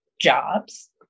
jobs